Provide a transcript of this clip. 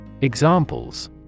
Examples